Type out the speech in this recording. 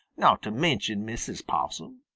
not to mention mrs. possum.